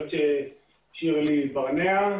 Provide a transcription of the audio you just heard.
גברת שירלי ברנע,